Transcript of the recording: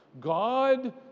God